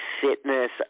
fitness